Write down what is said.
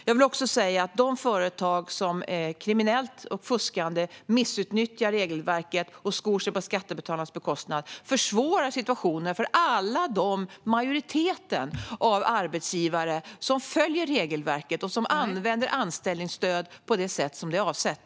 De företag som fuskar på ett kriminellt sätt, missutnyttjar regelverket och skor sig på skattebetalarnas bekostnad försvårar situationen för alla de arbetsgivare - majoriteten av dem - som följer regelverket och som använder anställningsstöd på det sätt som är avsett.